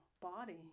body